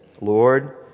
Lord